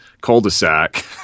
cul-de-sac